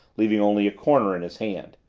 leaving only a corner in his hand.